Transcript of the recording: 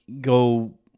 go